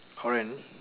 horror and